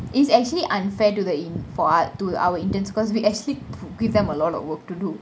it's actually unfair to the in~ for us to our interns cause we actually give them a lot of work to do